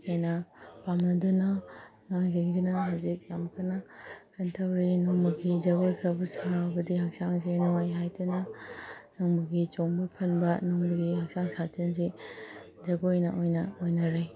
ꯍꯦꯟꯅ ꯄꯥꯝꯅꯗꯨꯅ ꯑꯉꯥꯡꯁꯤꯡꯁꯤꯅ ꯍꯧꯖꯤꯛ ꯌꯥꯝ ꯀꯟꯅ ꯀꯩꯅꯣ ꯇꯧꯔꯦ ꯅꯣꯡꯃꯒꯤ ꯖꯒꯣꯏ ꯈꯔꯕꯨ ꯁꯥꯔꯕꯗꯤ ꯍꯛꯆꯥꯡꯁꯦ ꯅꯨꯡꯉꯥꯏ ꯍꯥꯏꯗꯨꯅ ꯅꯣꯡꯃꯒꯤ ꯆꯣꯡꯕ ꯐꯟꯕ ꯅꯣꯡꯃꯒꯤ ꯍꯛꯆꯥꯡ ꯁꯥꯖꯦꯟꯁꯤ ꯖꯒꯣꯏꯅ ꯑꯣꯏꯅ ꯑꯣꯏꯅꯔꯦ